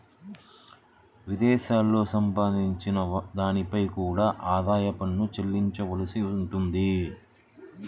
విదేశాలలో సంపాదించిన దానిపై కూడా ఆదాయ పన్ను చెల్లించవలసి ఉంటుంది